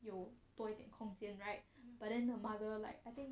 有多一点空间 right but then her mother like I think